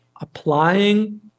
applying